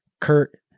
Kurt